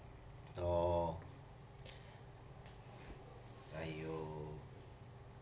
orh !aiyo!